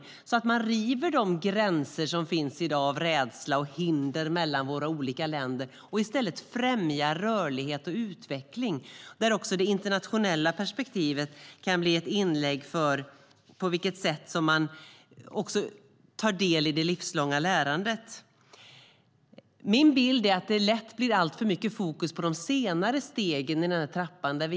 Det handlar om att man river de gränser som finns i dag av rädsla och hinder mellan våra olika länder och i stället främjar rörlighet och utveckling där också det internationella perspektivet kan bli ett inlägg för det sätt man tar del i det livslånga lärandet. Min bild är att det lätt blir alltför mycket fokus på de senare stegen i trappan.